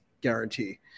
guarantee